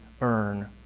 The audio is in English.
earn